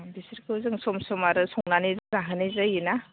बिसोरखौ जों सम सम आरो संनानै जाहोनाय जायोना